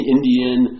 Indian